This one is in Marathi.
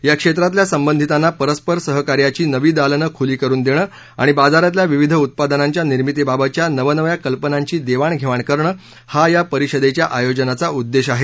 या क्षेत्रातल्या संबंधितांना परस्पर सहकार्याची नवी दालनं खुली करून देणं आणि बाजारातल्या विविध उत्पादनांच्या निर्मितीबाबतच्या नवनव्या कल्पनांची देवाणघेवाण करणं हा या परिषदेच्या आयोजनाचा उद्देश आहे